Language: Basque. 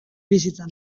bizitzan